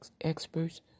experts